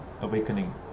awakening